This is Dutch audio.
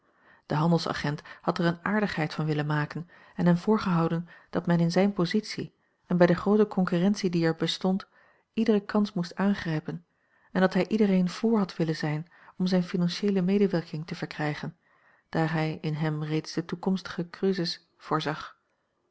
de handelsagent had er eene aardigheid van willen maken en hem voorgehouden dat men in zijne positie en bij de groote concurrentie die er bestond iedere kans moest aangrijpen en dat hij iedereen vr had willen zijn om zijne financieele medewerking te verkrijgen daar hij in hem reeds den toekomstigen cresus voorzag